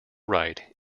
right